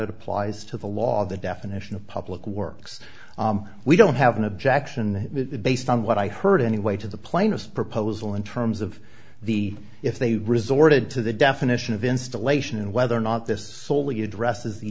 it applies to the law the definition of public works we don't have an objection based on what i heard anyway to the plainest proposal in terms of the if they resorted to the definition of installation and whether or not this soley addresses the